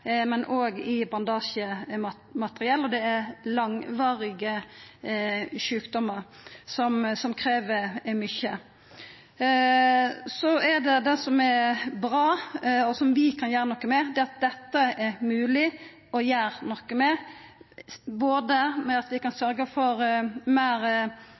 men òg i bandasjemateriell, og det er langvarige sjukdomar som krev mykje. Det som er bra, er at dette er det mogleg å gjera noko med, med at vi kan sørgja for meir